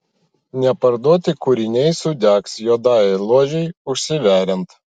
neparduoti kūriniai sudegs juodajai ložei užsiveriant